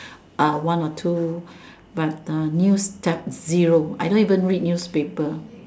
uh one or two but uh news deaf zero I don't even read newspaper